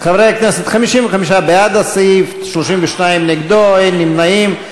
חברי הכנסת: 55 בעד הסעיף, 32 נגדו, אין נמנעים.